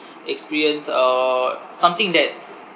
experience uh something that